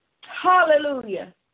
hallelujah